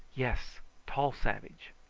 yes tall savage!